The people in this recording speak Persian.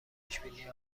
پیشبینی